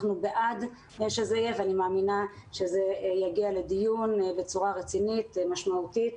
אנחנו בעד שזה יהיה ואני מאמינה שזה יגיע לדיון בצורה רצינית ומשמעותית,